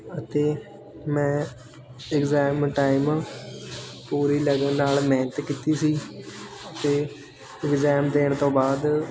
ਅਤੇ ਮੈਂ exam time ਪੂਰੀ ਲਗਨ ਨਾਲ ਮਿਹਨਤ ਕੀਤੀ ਸੀ ਅਤੇ ਇਗਜ਼ਾਮ ਦੇਣ ਤੋਂ ਬਾਅਦ